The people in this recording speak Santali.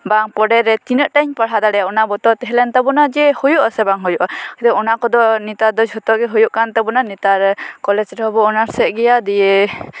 ᱵᱟᱝ ᱯᱚᱨᱮᱨᱮ ᱛᱤᱱᱟᱹᱜᱴᱟᱧ ᱯᱟᱲᱦᱟᱣ ᱫᱟᱲᱮᱭᱟᱜᱼᱟ ᱚᱱᱟ ᱵᱚᱛᱚᱨ ᱛᱟᱦᱮᱸ ᱞᱮᱱ ᱛᱟᱵᱚᱱᱟ ᱡᱮ ᱦᱳᱭᱳᱜ ᱟᱥᱮ ᱵᱟᱝ ᱦᱩᱭᱩᱜᱼᱟ ᱚᱱᱟ ᱠᱚᱫᱚ ᱱᱮᱛᱟᱨ ᱫᱚ ᱡᱷᱚᱛᱚᱜᱮ ᱦᱩᱭᱩᱜ ᱠᱟᱱ ᱛᱟᱵᱚᱱᱟ ᱱᱮᱛᱟᱨ ᱠᱚᱞᱮᱡ ᱨᱮᱦᱚᱸ ᱵᱚ ᱚᱱᱟᱨᱥ ᱮᱫ ᱜᱮᱭᱟ ᱫᱤᱭᱮ